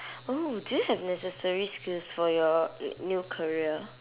oh do you have necessary skills for your new career